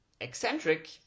eccentric